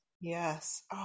Yes